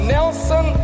Nelson